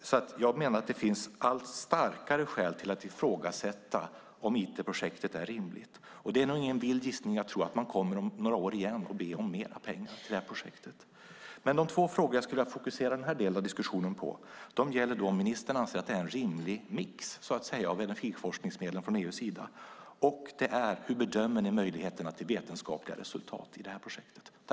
Jag menar alltså att det finns allt starkare skäl att ifrågasätta om Iterprojektet är rimligt. Jag tror - det är nog ingen vild gissning - att man om några år igen kommer att be om mer pengar till detta projekt. De två frågor jag skulle vilja fokusera denna del av diskussionen på är om ministern anser att det är en rimlig mix av energiforskningsmedlen från EU:s sida och hur man bedömer möjligheterna till vetenskapliga resultat i detta projekt.